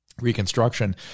Reconstruction